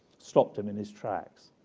stopped him in his tracks.